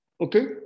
Okay